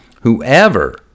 Whoever